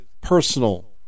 personal